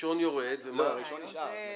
הראשון יורד --- לא, הראשון נשאר.